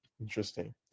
Interesting